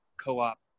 co-op